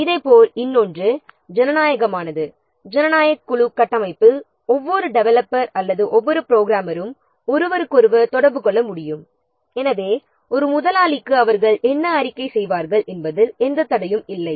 இதேபோல் இன்னொன்று ஜனநாயகமானது ஜனநாயக குழு கட்டமைப்பில் ஒவ்வொரு டெவலப்பர் அல்லது ஒவ்வொரு புரோகிராமரும் ஒருவருக்கொருவர் தொடர்பு கொள்ள முடியும் எனவே ஒரு முதலாளிக்கு அவர்கள் ரிபோர்ட் செய்வார்கள் என்பதில் எந்த தடையும் இல்லை